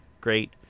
great